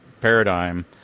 paradigm